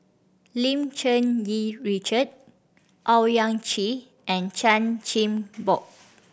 Lim Cherng Yih Richard Owyang Chi and Chan Chin Bock